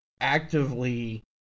actively